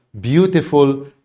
beautiful